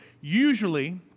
Usually